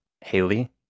Haley